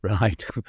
Right